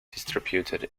distributed